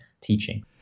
teaching